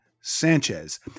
Sanchez